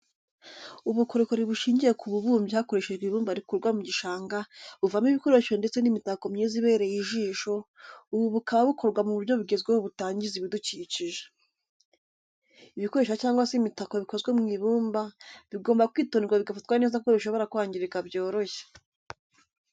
Ubukorikori bushingiye ku bubumbyi hakoreshejwe ibumba rikurwa mu gishanga, buvamo ibikoresho ndetse n'imitako myiza ibereye ijisho, ubu bukaba bukorwa mu buryo bugezweho butangiza ibidukikije. Ibikoresha cyangwa se imitako bikozwe mu ibumba bigomba kwitonderwa bigafatwa neza kuko bishobora kwangirika byoroshye.